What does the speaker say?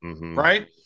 right